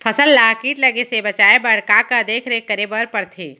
फसल ला किट लगे से बचाए बर, का का देखरेख करे बर परथे?